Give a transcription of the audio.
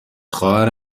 خواهر